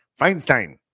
Feinstein